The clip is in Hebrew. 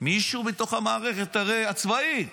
מישהו בתוך המערכת, היא הרי עצמאית,